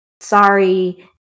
sorry